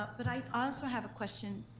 ah but i also have a question.